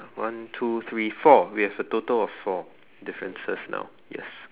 one two three four we have a total of four differences now yes